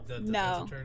No